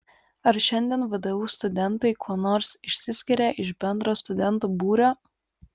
ar šiandien vdu studentai kuo nors išsiskiria iš bendro studentų būrio